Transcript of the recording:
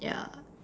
ya